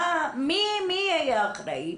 מי יהיה אחראי?